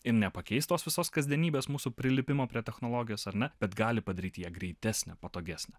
ir nepakeist tos visos kasdienybės mūsų prilipimo prie technologijos ar ne bet gali padaryt ją greitesnę patogesnę